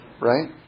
right